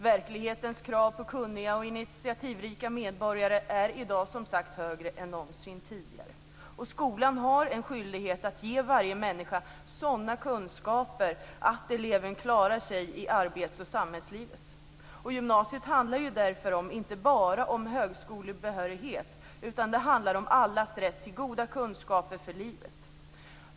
Verklighetens krav på kunniga och initiativrika medborgare är i dag, som sagt, högre än någonsin tidigare. Skolan har en skyldighet att ge varje människa sådana kunskaper att eleven klarar sig i arbets och samhällslivet. Gymnasiet handlar därför inte bara om högskolebehörighet, utan det handlar också om allas rätt till goda kunskaper för livet.